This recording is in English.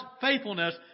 faithfulness